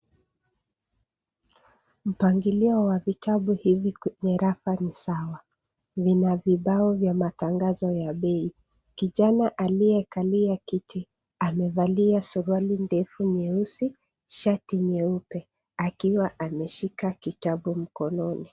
Mpangilio wa vitabu hivi kwenye rafu ni sawa . Vina vibao vya matangazo ya bei. Kijana aliye kalia kiti amevalia suruali ndefu nyeusi na shati nyeupe akiwa ameshika kitabu mkononi.